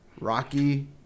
Rocky